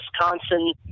Wisconsin